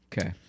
Okay